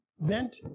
bent